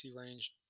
range